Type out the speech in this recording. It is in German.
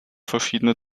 verschiedene